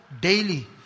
daily